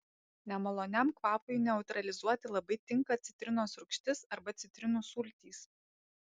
nemaloniam kvapui neutralizuoti labai tinka citrinos rūgštis arba citrinų sultys